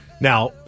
Now